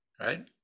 Right